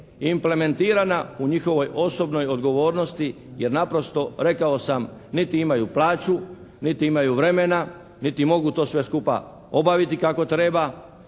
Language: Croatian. implementirana u njihovoj osobnoj odgovornosti jer naprosto rekao sam niti imaju plaću, niti imaju vremena, niti mogu to sve skupa obaviti kako treba